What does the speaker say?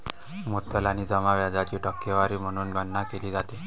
मुद्दल आणि जमा व्याजाची टक्केवारी म्हणून गणना केली जाते